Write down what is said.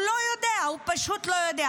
הוא לא יודע, הוא פשוט לא יודע.